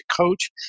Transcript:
coach